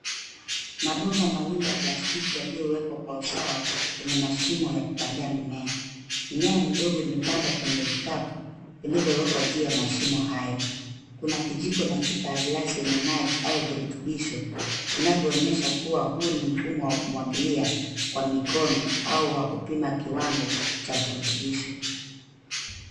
Mabomba mawili ya plastiki yaliyowekwa kwa usawa yenye mashimo ya kupandia mimea. Mimea mindogo imepandwa kwenye vikapu vilivyowekwa juu ya mashimo hayo. Kuna kijiko na chupa ya glasi yenye maji au virutubisho vinavyoonyesha kuwa huu ni mfumo wa kumwagilia kwa mkono au wa kupima kiwango cha virutubisho .